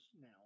now